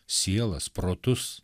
sielas protus